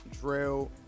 drill